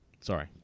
Sorry